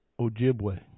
Ojibwe